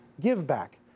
give-back